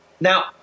Now